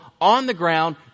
on-the-ground